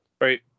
Right